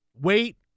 wait